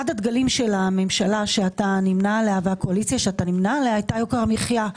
אחד הדגלים של הממשלה והקואליציה שאתה נמנה עליהן היא יוקר המחיה.